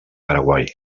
paraguai